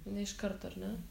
ne iš karto ar ne